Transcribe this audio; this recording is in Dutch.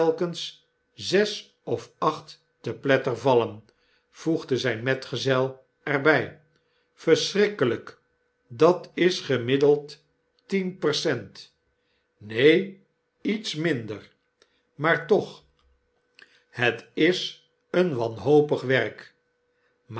zes of acht te pletteren vallen voegde zijn metgezel er by b verschrikkelyki dat is gemiddeld tien percent w neen iets minder maar toch het is een wanhopig werk